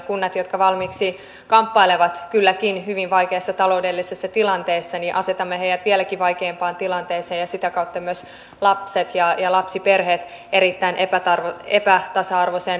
kunnat jotka valmiiksi kamppailevat kylläkin hyvin vaikeassa taloudellisessa tilanteessa asetamme vieläkin vaikeampaan tilanteeseen ja sitä kautta myös lapset ja lapsiperheet erittäin epätasa arvoiseen asemaan